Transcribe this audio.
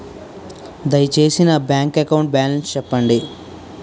దయచేసి నా bank account balance చెప్పండి